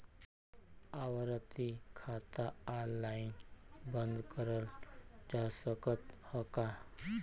आवर्ती खाता ऑनलाइन बन्द करल जा सकत ह का?